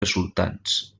resultants